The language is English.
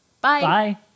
Bye